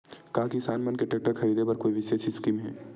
का किसान मन के टेक्टर ख़रीदे बर कोई विशेष स्कीम हे?